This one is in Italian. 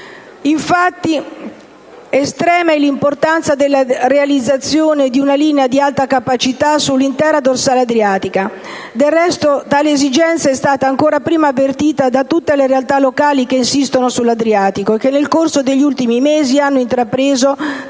effetti, estrema è l'importanza della realizzazione di una linea ad alta capacità sull'intera dorsale adriatica. Del resto, tale esigenza è stata ancor prima avvertita da tutte le realtà locali che insistono sull'Adriatico e che nel corso degli ultimi mesi hanno intrapreso,